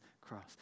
cross